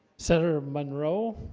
senator munro